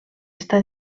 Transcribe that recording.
està